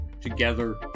together